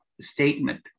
statement